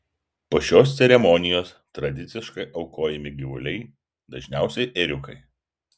po šios ceremonijos tradiciškai aukojami gyvuliai dažniausiai ėriukai